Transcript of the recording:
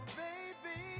baby